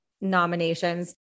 nominations